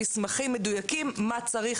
מסמכים מדויקים מה צריך,